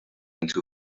into